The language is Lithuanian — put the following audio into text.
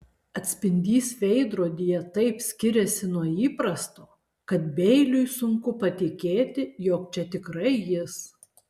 atspindys veidrodyje taip skiriasi nuo įprasto kad beiliui sunku patikėti jog čia tikrai jis